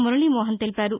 మురళీ మోహన్ తెలిపారు